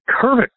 curve